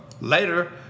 later